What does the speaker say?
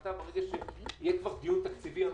ההחלטה ברגע שיהיה דיון תקציבי אמיתי.